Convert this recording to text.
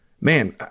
man